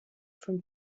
from